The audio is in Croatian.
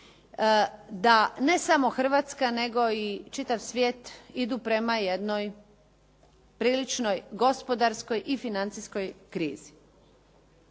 da ne samo Hrvatska nego i čitav svijet idu prema jednoj priličnoj gospodarskoj i financijskoj krizi.